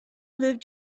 lived